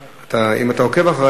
אם אתה עוקב אחרי,